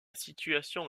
situation